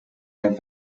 der